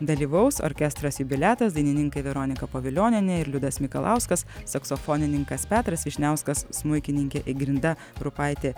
dalyvaus orkestras jubiliatas dainininkai veronika povilionienė ir liudas mikalauskas saksofonininkas petras vyšniauskas smuikininkė ingrida rupaitė